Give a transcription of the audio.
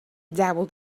dabbled